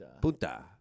Punta